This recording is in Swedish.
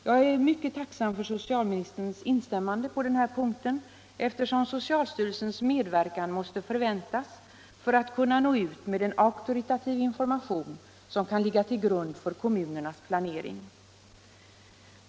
Jag är mycket tacksam för socialministerns instämmande på den här punkten, eftersom socialstyrelsens medverkan måste förväntas för att man skall kunna nå ut med en auktoritativ information, som kan ligga till grund för kommunernas planering.